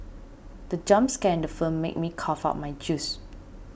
the jump scare in the film made me cough out my juice